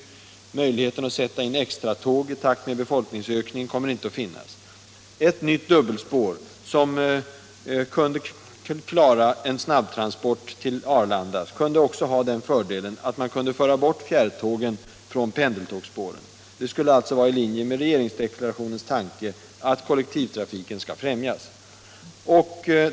Möjligheten att sätta in extra tåg i takt med befolkningsökningen kommer inte att finnas. Ett nytt dubbelspår, som kunde klara en snabbtransport till Arlanda, skulle också ha den fördelen att man kunde föra bort fjärrtågen från pendeltågsspåren. Det skulle alltså ligga i linje med regeringsdeklarationens tanke att kollektivtrafiken skall främjas.